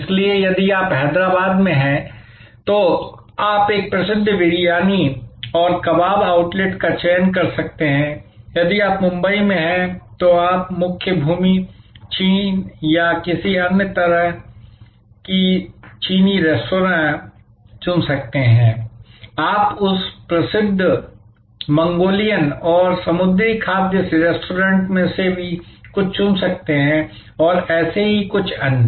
इसलिए यदि आप हैदराबाद में हैं तो आप एक प्रसिद्ध बियानी और कबाब आउटलेट का चयन कर सकते हैं यदि आप मुंबई में हैं तो आप मुख्यभूमि चीन या किसी भी अन्य किस्म की तरह चीनी रेस्तरां चुन सकते हैं आप उन प्रसिद्ध मंगलोरियन और समुद्री खाद्य रेस्तरां में से कुछ चुन सकते हैं और ऐसे ही कुछ अन्य